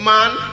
Man